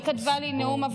היא כתבה לי נאום,